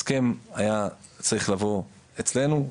הסכם היה צריך לבוא אצלנו,